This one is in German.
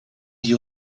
die